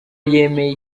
yemeye